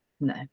no